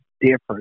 different